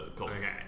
Okay